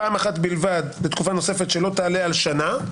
פעם אחת בלבד לתקופה נוספת שלא תעלה על שנה,